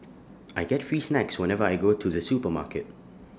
I get free snacks whenever I go to the supermarket